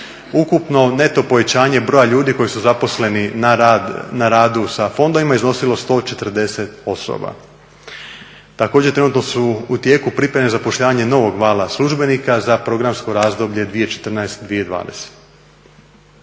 ukupno neto povećanje broja ljudi koji su zaposleni na radu sa fondovima iznosilo 140 osoba. Također trenutno su u tijeku pripreme zapošljavanja novog vala službenika za programsko razdoblje 2014.-2020.